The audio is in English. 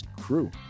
crew